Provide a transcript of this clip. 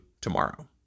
tomorrow